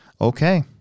okay